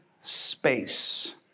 space